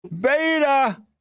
Beta